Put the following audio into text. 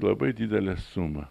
labai didelę sumą